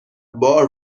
بار